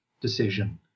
decision